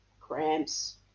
cramps